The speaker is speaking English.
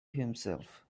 himself